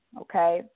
okay